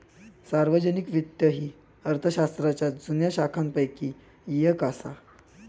सार्वजनिक वित्त ही अर्थशास्त्राच्या जुन्या शाखांपैकी येक असा